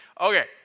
Okay